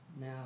now